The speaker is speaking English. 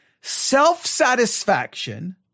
Self-satisfaction